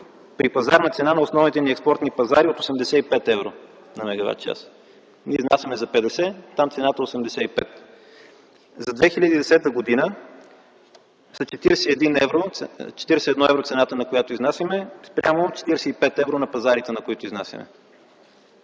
при пазарна цена на основните ни експортни пазари от 85 евро на мегаватчас. Ние изнасяме за 50, а там цената е 85. За 2010 г. цената, на която изнасяме, е 41 евро, спрямо 45 евро цена на пазарите, на които изнасяме.